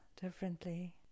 differently